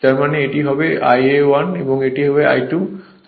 যার মানে এটি হবে Ia 1 এর উপর I 2